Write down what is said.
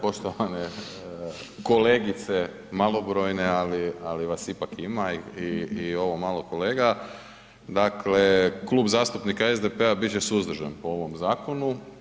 Poštovane kolegice, malobrojne ali vas ipak i ovo malo kolega, dakle, Klub zastupnika SDP-a bit će suzdržan po ovom zakonu.